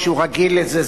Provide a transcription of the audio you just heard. הוא רגיל לזה,